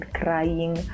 crying